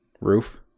roof